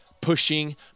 Pushing